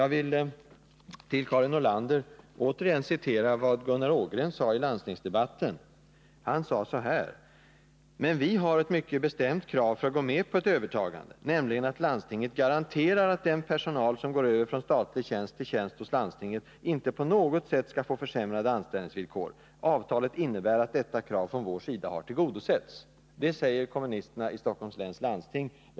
Jag vill för Karin Nordlander citera vad Gunnar Ågren sade i landstingsdebatten: ”Men vi har ett mycket bestämt krav för att gå med på ett övertagande, nämligen att landstinget garanterar att den personal som går över från statlig tjänst till tjänst hos landstinget inte på något sätt skall få försämrade anställningsvillkor. Avtalet innebär att detta krav från vår sida Det säger alltså kommunisterna i Stockholms läns har tillgodosetts.” landsting.